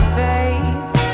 face